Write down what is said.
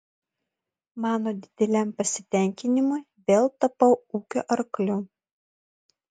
mano dideliam pasitenkinimui vėl tapau ūkio arkliu